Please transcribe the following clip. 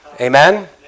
Amen